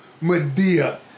Medea